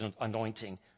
anointing